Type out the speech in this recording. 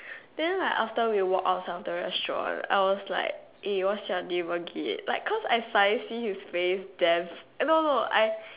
then like after we walk outside of the restaurant I was like eh what's your name again like cause I suddenly see his face damn eh no no I